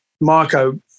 Marco